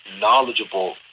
knowledgeable